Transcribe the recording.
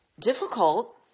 difficult